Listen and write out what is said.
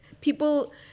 people